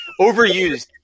overused